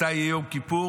מתי יהיה יום כיפור,